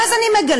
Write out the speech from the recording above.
ואז אני מגלה,